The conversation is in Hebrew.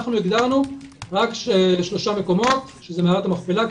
הגדרנו רק שלושה מקומות: מערת המכפלה,